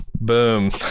Boom